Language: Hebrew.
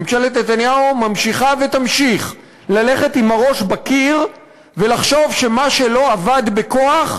ממשלת נתניהו ממשיכה ותמשיך ללכת עם הראש בקיר ולחשוב שמה שלא עבד בכוח,